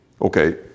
okay